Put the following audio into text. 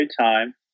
time